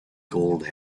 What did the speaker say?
gold